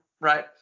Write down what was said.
right